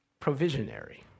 Provisionary